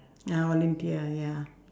ah volunteer ah ya